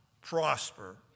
prosper